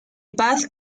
paz